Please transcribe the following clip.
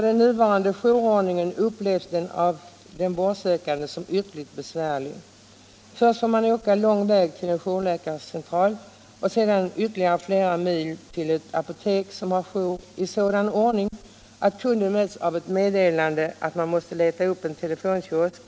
Den nuvarande jourordningen upplevs av den vårdsökande som ytterligt besvärlig. Först får man ofta åka lång väg till en jourläkarcentral och sedan ytterligare flera mil till ett apotek som har jour i sådan ordning att kunden möts av ett meddelande, att man måste leta upp en telefonkiosk